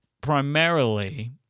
primarily